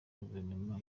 guverinoma